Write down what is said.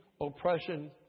oppression